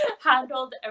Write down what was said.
handled